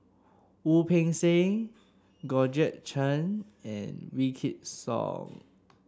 Wu Peng Seng Georgette Chen and Wykidd Song